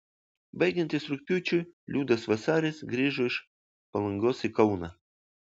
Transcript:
baigiantis rugpjūčiui liudas vasaris grįžo iš palangos į kauną